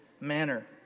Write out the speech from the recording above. manner